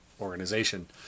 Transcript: Organization